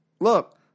look